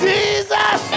Jesus